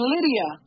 Lydia